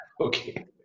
Okay